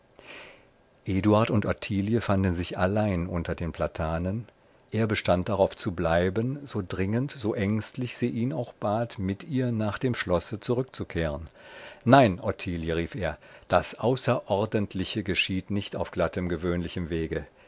eduard und ottilie fanden sich allein unter den platanen er bestand darauf zu bleiben so dringend so ängstlich sie ihn auch bat mit ihr nach dem schlosse zurückzukehren nein ottilie rief er das außerordentliche geschieht nicht auf glattem gewöhnlichem wege